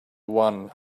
one